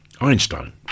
Einstein